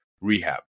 rehab